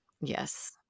Yes